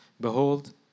Behold